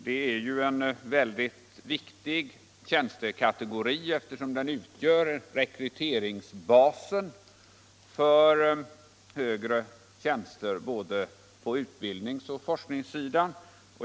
Det är en mycket viktig tjänstekategori, eftersom den utgör rekryteringsbasen för högre tjänster på både utbildnings och forskningssidan.